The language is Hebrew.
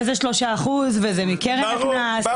וזה 3%, וזה מקרן- -- מובן.